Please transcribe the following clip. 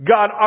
God